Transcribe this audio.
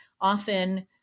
often